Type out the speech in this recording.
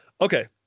Okay